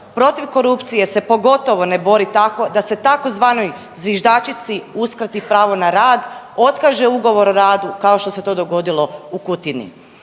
Protiv korupcije se pogotovo ne bori tako da se tzv. zviždačici uskrati pravo na rad, otkaže Ugovor o radu kao što se to dogodilo u Kutini.